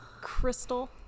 crystal